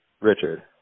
Richard